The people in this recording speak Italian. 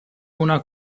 una